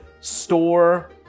store